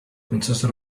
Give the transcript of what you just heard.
consisted